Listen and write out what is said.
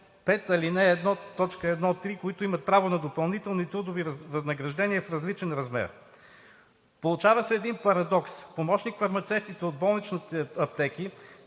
5, ал. 1, т. 1.3, които имат право на допълнителни трудови възнаграждения в различен размер. Получава се един парадокс: помощник-фармацевтите от болничните аптеки,